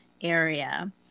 area